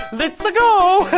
let's-a go!